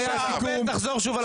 ארבל, תחזור שוב על השאלה.